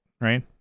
right